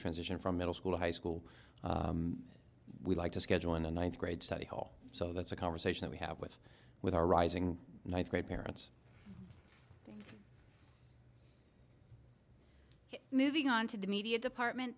transition from middle school high school we'd like to schedule in the ninth grade study hall so that's a conversation we have with with our rising ninth grade parents moving on to the media department